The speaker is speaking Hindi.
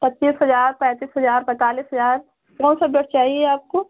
पच्चीस हज़ार पैंतीस हज़ार पैंतालीस हज़ार कौन सा बेड चाहिए आपको